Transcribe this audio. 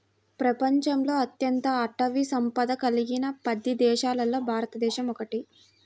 ప్రపంచంలో అత్యంత అటవీ సంపద కలిగిన పది దేశాలలో భారతదేశం ఒకటి